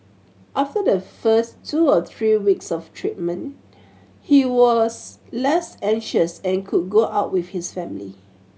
after the first two or three weeks of treatment he was less anxious and could go out with his family